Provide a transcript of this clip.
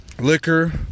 liquor